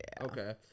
Okay